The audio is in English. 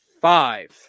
five